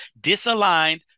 disaligned